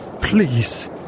Please